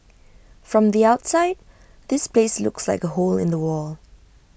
from the outside this place looks like A hole in the wall